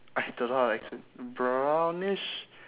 I don't know how to expla~ brownish